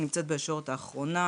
היא נמצאת בישורת האחרונה,